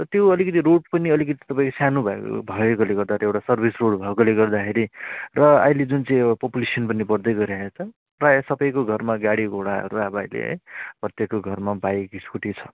त त्यो अलिकति रोड पनि अलिकति तपाईँको सानो भए भएकोले गर्दा एउटा सर्भिस रोड भएकोले गर्दाखेरि र अहिले जुन चाहिँ यो पपुलेसन पनि बढ्दै गइराखेको छ प्रायः सबैको घरमा गाडीघोडाहरू अब अहिले है प्रत्येकको घरमा बाइक स्कुटी छ